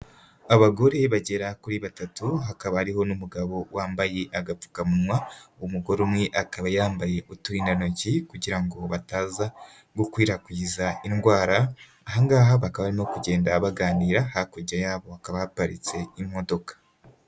Abagore bagera kuri batatu hakaba hariho n'umugabo wambaye agapfukamunwa, umugore umwe akaba yambaye uturindantoki kugira ngo bataza gukwirakwiza indwara, aha ngaha bakaba barimo kugenda baganira, hakurya yabo hakaba haparitse imodoka.